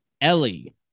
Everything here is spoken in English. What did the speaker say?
Ellie